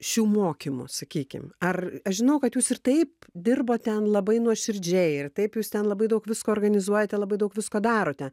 šių mokymų sakykim ar aš žinau kad jūs ir taip dirbot ten labai nuoširdžiai ir taip jūs ten labai daug visko organizuojate labai daug visko darote